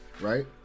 Right